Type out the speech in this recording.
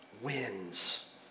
wins